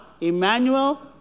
Emmanuel